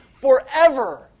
forever